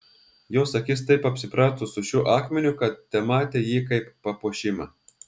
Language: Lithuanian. jos akis taip apsiprato su šiuo akmeniu kad tematė jį kaip papuošimą